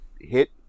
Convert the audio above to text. hit